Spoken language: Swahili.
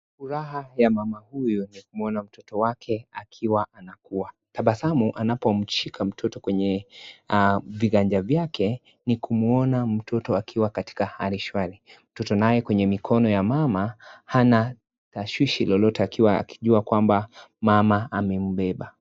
Furaha ya mama huyu, ni kumwona mtoto wake akiwa anakuwa. Tabasamu anapomshika mtoto kwenye viganja vyake ni kumwona, mtoto akiwa katika hali shwari. Mtoto naye kwenye mikono ya mama, hana tashwishi lolote akijua kwamba mama amembeba.